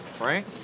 right